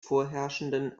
vorherrschenden